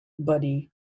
Buddy